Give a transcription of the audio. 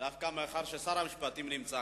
אני מודיע שאני מחזיר לך